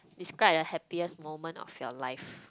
describe a happiest moment of your life